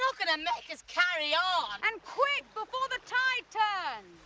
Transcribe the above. ah gonna make us carry on. and quick, before the tide turns.